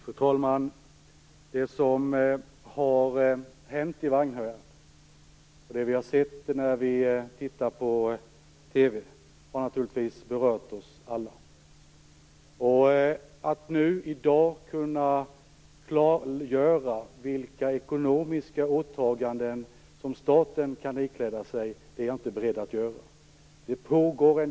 Fru talman! Det som har hänt i Vagnhärad och det vi har sett på TV har naturligtvis berört oss alla. Jag är inte beredd att nu i dag klargöra vilka ekonomiska åtaganden staten kan ikläda sig.